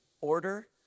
order